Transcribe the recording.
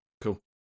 Cool